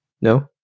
No